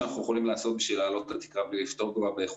והעובדה שאתם עסוקים בקורונה מקטינה את הפעילות